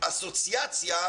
אסוציאציה